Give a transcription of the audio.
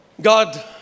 God